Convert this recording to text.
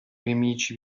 nemici